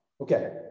Okay